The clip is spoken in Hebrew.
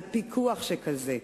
על פיקוח שכזה.